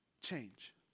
change